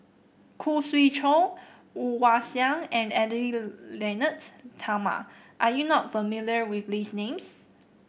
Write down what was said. Khoo Swee Chiow Woon Wah Siang and Edwy Lyonet Talma are you not familiar with these names